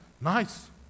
nice